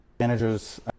Managers